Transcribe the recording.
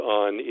on